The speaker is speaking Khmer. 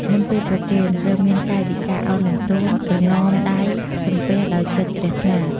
មុនពេលប្រគេន ត្រូវមានកាយវិការឱនលំទោន ប្រណម្យដៃសំពះដោយចិត្តជ្រះថ្លា។